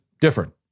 different